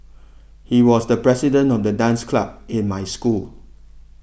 he was the president of the dance club in my school